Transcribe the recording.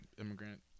immigrant